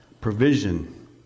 provision